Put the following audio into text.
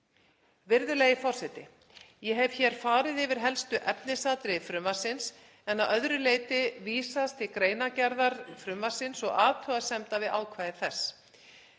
Virðulegi forseti. Ég hef farið yfir helstu efnisatriði frumvarpsins, en að öðru leyti vísast til greinargerðar frumvarpsins og athugasemda við ákvæði þess.